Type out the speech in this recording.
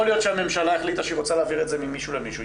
יכול להיות שהממשלה ה חליטה שהיא רוצה להעביר את זה ממישהו למישהו,